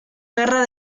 guerra